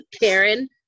Karen